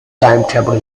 timetable